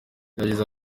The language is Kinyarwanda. yagize